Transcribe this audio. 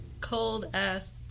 cold-ass